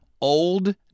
old